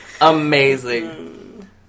amazing